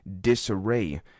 disarray